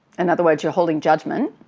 in other words you're holding judgment.